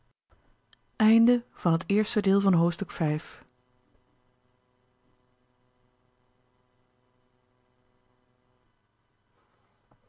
helft van het tweede deel komt het